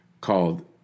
called